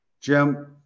jim